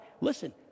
Listen